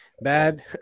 bad